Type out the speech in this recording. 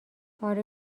آره